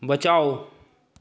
बचाओ